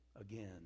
again